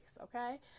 okay